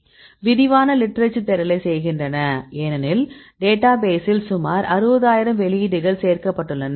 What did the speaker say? விரிவான லிட்டரேச்சர் தேடலைச் செய்கின்றன ஏனெனில் டேட்டா பேசில் சுமார் 60000 வெளியீடுகள் சேர்க்கப்பட்டுள்ளன